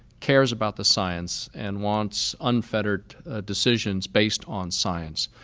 cares about the science and wants unfettered decisions based on science.